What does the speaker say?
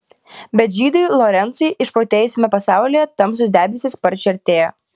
bet žydui lorencui išprotėjusiame pasaulyje tamsūs debesys sparčiai artėjo